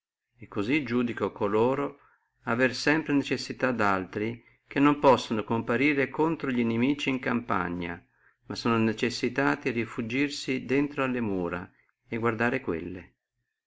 e cosí iudico coloro avere sempre necessità di altri che non possono comparire contro al nimico in campagna ma sono necessitati rifuggirsi drento alle mura e guardare quelle